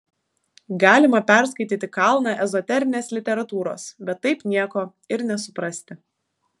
galima perskaityti kalną ezoterinės literatūros bet taip nieko ir nesuprasti